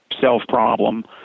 self-problem